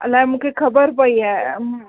अलाए मूंखे ख़बरु पई आहे